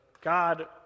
God